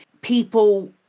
people